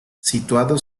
situado